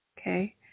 okay